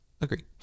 agree